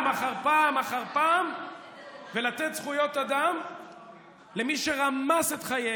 אחר פעם אחר פעם ולתת זכויות אדם למי שרמס את חייהם,